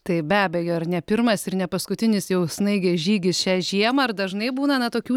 tai be abejo ir ne pirmas ir ne paskutinis jau snaigės žygis šią žiemą dažnai būna na tokių